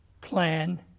plan